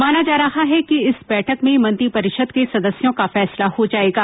माना जा रहा है कि इस बैठक में मंत्रिपरिषद के सदस्यों का फैसला हो जाएगा